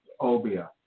Obia